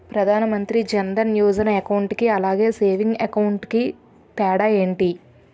Pradhan Mantri Jan Dhan Yojana account కి అలాగే savings account కి తేడా ఏంటి?